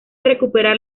recuperar